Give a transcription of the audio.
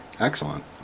Excellent